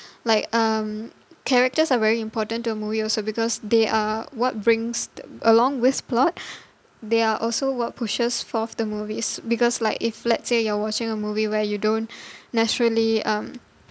like um characters are very important to a movie also because they are what brings along with plot there are also what pushes forth the movies because like if let's say you're watching a movie where you don't naturally um